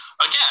again